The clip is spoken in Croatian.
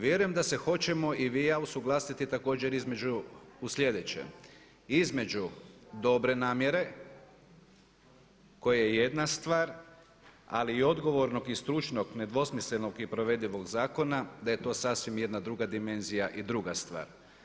Vjerujem da se hoćemo i vi i ja usuglasiti također između, u slijedećem između dobre namjere koje je jedna stvar ali i odgovornog i stručnog nedvosmislenog i provedivog zakona da je to sasvim jedna druga dimenzija i druga stvar.